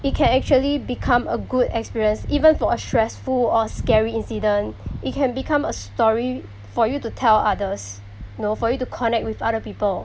it can actually become a good experience even for a stressful or scary incident it can become a story for you to tell others you know for you to connect with other people